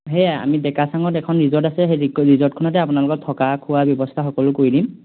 সেয়াই আমি ডেকা চাঙত এখন ৰিজৰ্ট আছে সেই ৰিজৰ্টখনতে আপোনালোকক থকা খোৱা ব্যৱস্থা সকলো কৰি দিম